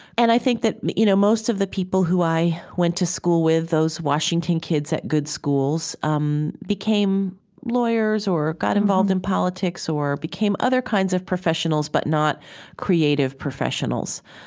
and i think that you know most of the people who i went to school with those washington kids at good schools um became lawyers or got involved in politics or became other kinds of professionals, but not creative professionals.